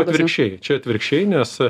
atvirkščiai čia atvirkščiai nes